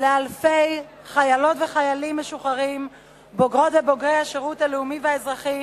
לאלפי חיילות וחיילים משוחררים ובוגרות ובוגרי השירות הלאומי והאזרחי,